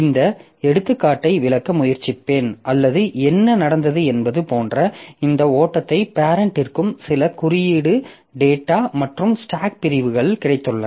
இந்த எடுத்துக்காட்டை விளக்க முயற்சிப்பேன் அல்லது என்ன நடந்தது என்பது போன்ற இந்த ஓட்டத்தை பேரெண்ட்டிற்கு சில குறியீடு டேட்டா மற்றும் ஸ்டாக் பிரிவுகள் கிடைத்துள்ளன